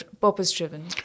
purpose-driven